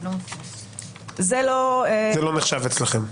זה לא נחשב אצלכם?